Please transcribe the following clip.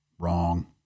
Wrong